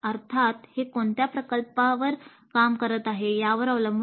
अर्थात हे कोणत्या प्रकल्पावर काम करत आहे यावर अवलंबून आहे